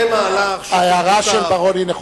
אל תניח אחד על השני, ההערה של בר-און היא נכונה.